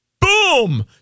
boom